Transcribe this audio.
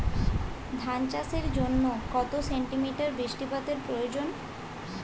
ধান চাষের জন্য কত সেন্টিমিটার বৃষ্টিপাতের প্রয়োজন?